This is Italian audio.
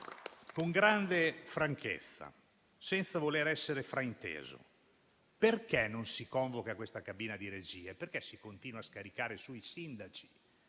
con grande franchezza, senza voler essere frainteso: perché non si convoca questa cabina di regia e si continua a scaricare la